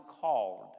called